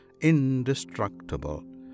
indestructible